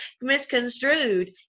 misconstrued